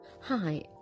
Hi